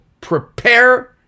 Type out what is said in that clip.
prepare